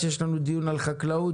והבר-קיימא.